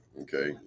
Okay